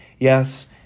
Yes